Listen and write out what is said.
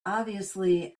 obviously